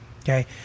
Okay